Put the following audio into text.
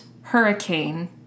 hurricane